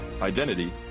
identity